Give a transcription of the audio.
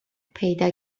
پیدا